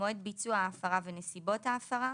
מועד ביצוע ההפרה ונסיבות ההפרה.